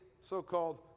so-called